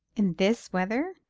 in this weather?